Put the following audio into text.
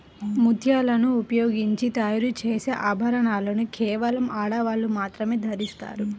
ముత్యాలను ఉపయోగించి తయారు చేసే ఆభరణాలను కేవలం ఆడవాళ్ళు మాత్రమే ధరిస్తారు